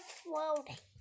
floating